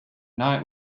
night